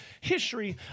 history